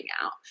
out